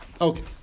Okay